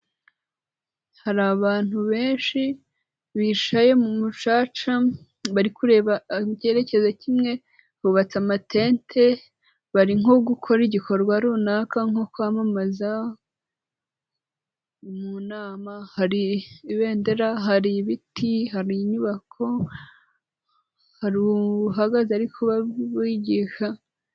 Hari abantu benshi bicaye mu mucaca bari kureba mukerekezo kimwe, bubatse amatente bari nko gukora igikorwa runaka nko kwamamaza mu nama, hari ibendera, hari ibiti, hari inyubako, hari uhagaze ari kubigisha.